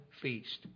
feast